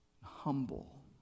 humble